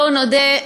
בואו נודה,